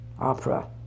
opera